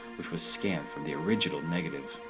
which was scanned from the original negative.